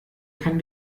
kann